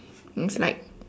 it's like